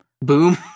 Boom